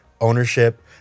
ownership